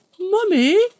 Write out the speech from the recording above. Mummy